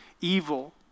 evil